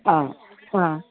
অ' অ'